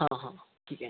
हा हा ठीक आहे